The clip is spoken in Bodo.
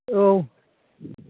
औ